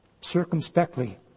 circumspectly